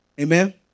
Amen